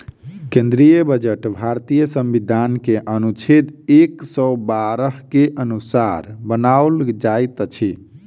केंद्रीय बजट भारतीय संविधान के अनुच्छेद एक सौ बारह के अनुसार बनाओल जाइत अछि